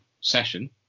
session